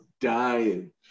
dying